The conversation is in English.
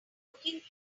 cooking